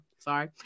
sorry